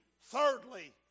thirdly